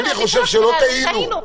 טעינו.